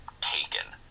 Taken